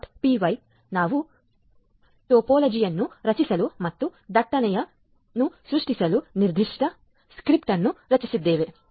py" ನಾವು ಟೋಪೋಲಜಿಯನ್ನು ರಚಿಸಲು ಮತ್ತು ದಟ್ಟಣೆಯನ್ನು ಸೃಷ್ಟಿಸಲು ನಿರ್ದಿಷ್ಟ ಸ್ಕ್ರಿಪ್ಟ್ ಅನ್ನು ರಚಿಸಿದ್ದೇವೆ